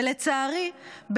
ולצערי,